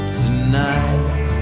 tonight